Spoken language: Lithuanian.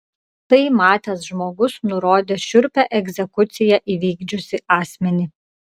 tai matęs žmogus nurodė šiurpią egzekuciją įvykdžiusį asmenį